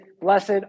blessed